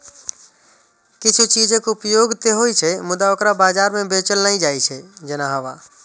किछु चीजक उपयोग ते होइ छै, मुदा ओकरा बाजार मे बेचल नै जाइ छै, जेना हवा